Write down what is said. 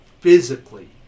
physically